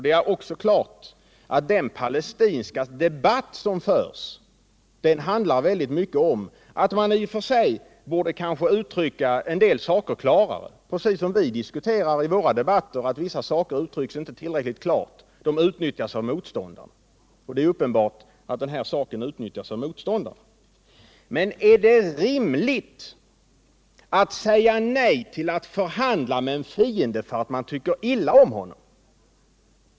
Det är också klart att den palestinska debatt som förs till stor del handlar om att man i och för sig kanske borde uttrycka en del saker klarare, precis som vi i våra debatter diskuterar att vissa saker inte uttryckts tillräckligt klart, och att detta uttnyttjas av motståndaren. Det är uppenbart att den här saken utnyttjas av motståndaren. Men är det rimligt att säga nej till att förhandla med en fiende därför att man tycker illa om honom?